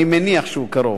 אני מניח שהוא קרוב.